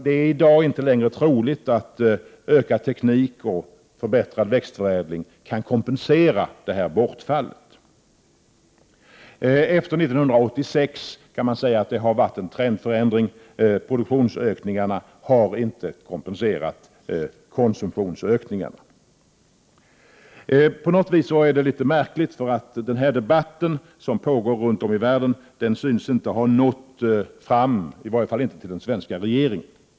Det är i dag inte längre troligt att utökad teknikanvändning och förbättrad växtförädling kan kompensera detta bortfall. Efter 1986 har det skett en trendförändring, kan man säga. Produktionsökningarna har inte kompenserat konsumtionsökningarna. En sak som är märklig är att den debatt som pågår runt om i världen inte synes ha nått hit, i varje fall inte till den svenska regeringen.